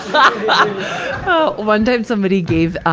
but one time, somebody gave, um,